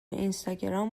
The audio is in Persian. اینستاگرام